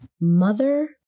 Mother